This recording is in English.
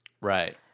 Right